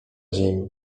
ziemi